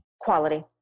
Quality